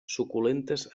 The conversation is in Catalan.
suculentes